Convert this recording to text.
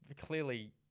clearly